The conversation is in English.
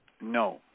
No